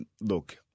Look